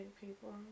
people